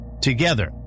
Together